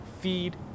feed